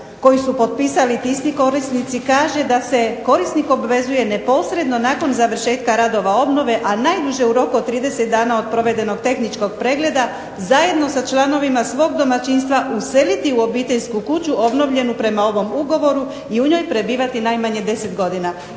koji su potpisali ti isti korisnici kaže da se korisnik obvezuje neposredno nakon završetka radova obnove, a najduže u roku od 30 dana od provedenog tehničkog pregleda, zajedno sa članovima svog domaćinstva useliti u obiteljsku kuću obnovljenu prema ovom ugovoru, i u njoj prebivati najmanje 10 godina.